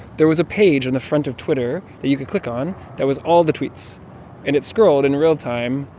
there was a page on and the front of twitter that you could click on that was all the tweets. and it scrolled in real time,